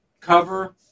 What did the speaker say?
cover